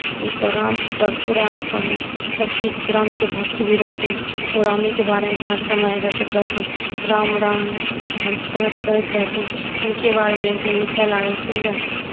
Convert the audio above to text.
मतलब राम पर पुरा अपन रामकेँ भक्त भी रहथिन ओ रामेकेँ बारेमे हर समय रटैत रहथिन राम राम हर समय करैत रहथिन हुनकेँ बारेमे एक दिन लिखै लागलखिन रहय